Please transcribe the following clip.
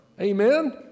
Amen